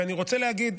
ואני רוצה להגיד: